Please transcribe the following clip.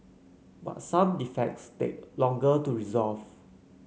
but some defects take longer to resolve